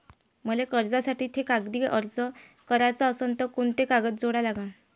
मले कर्जासाठी थे कागदी अर्ज कराचा असन तर कुंते कागद जोडा लागन?